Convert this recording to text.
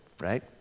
Right